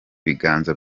biganza